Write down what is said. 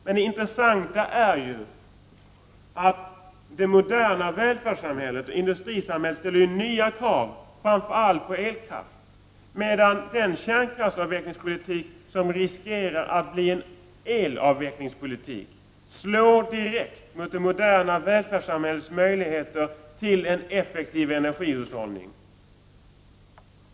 Men det intressanta är att det moderna välfärdssamhället-industrisamhället ju ställer nya krav, framför allt på elkraft, medan den kärnkraftsavvecklingspolitik som riskerar att bli en elavvecklingspolitik slår direkt mot det moderna välfärdssamhällets möjligheter till en effektiv energihushållning.